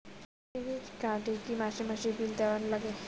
Credit card এ কি মাসে মাসে বিল দেওয়ার লাগে?